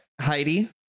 Heidi